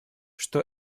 что